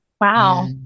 Wow